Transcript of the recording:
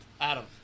Adam